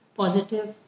positive